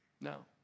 No